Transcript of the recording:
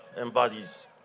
embodies